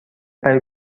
برای